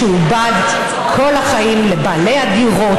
משועבד כל החיים לבעלי הדירות,